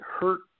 hurt